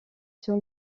sur